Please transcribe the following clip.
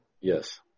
Yes